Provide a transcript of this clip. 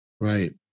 Right